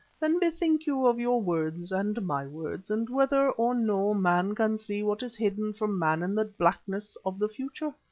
then bethink you of your words and my words, and whether or no man can see what is hidden from man in the blackness of the future.